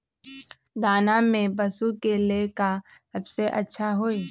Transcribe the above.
दाना में पशु के ले का सबसे अच्छा होई?